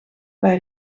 bij